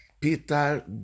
Peter